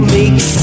makes